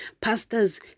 pastors